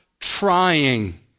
trying